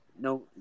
no